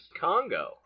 Congo